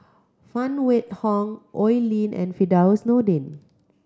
Phan Wait Hong Oi Lin and Firdaus Nordin